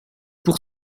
pour